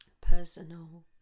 personal